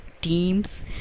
teams